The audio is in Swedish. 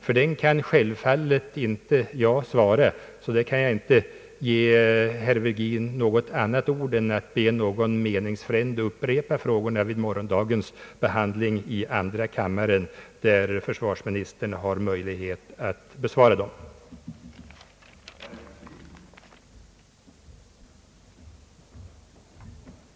För den kan självfallet inte jag svara, och jag kan inte ge herr Virgin något annat råd än att be någon meningsfrände upprepa frågorna vid morgondagens behandling i andra kammaren, där försvarsministern har möjlighet att besvara dem. Herr talman. Jag ber att få yrka bifall till utskottets hemställan.